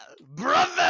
brother